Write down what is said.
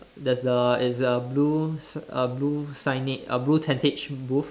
there's a is a blue a blue sig~ a blue signage blue tentage booth